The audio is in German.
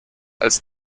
als